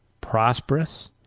prosperous